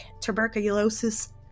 tuberculosis